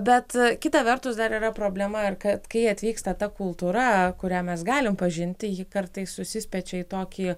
bet kita vertus dar yra problema ar kad kai atvyksta ta kultūra kurią mes galim pažinti ji kartais susispiečia į tokį